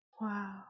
Wow